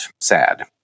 sad